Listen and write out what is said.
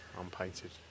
unpainted